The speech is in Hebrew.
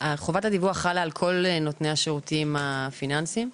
חובת הדיווח חלה על כל נותני השירותים הפיננסיים,